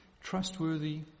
trustworthy